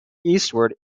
eastward